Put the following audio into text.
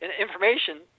information